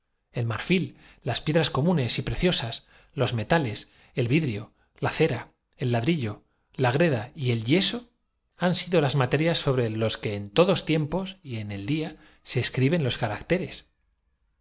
abraza fil las piedras comunes y preciosas los metales el varias especies la bustrojedona de la primera edad vidrio la cera el ladrillo la greda y el yeso han sido de derecha á izquierda la del segundo hasta el cuarto las materias sobre los que en todos tiempos y en el día escriben los caracteres